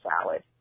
salad